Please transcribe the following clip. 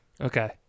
Okay